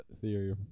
Theory